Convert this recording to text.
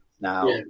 now